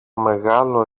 μεγάλο